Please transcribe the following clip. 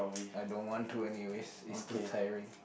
I don't want to anyways it's too tiring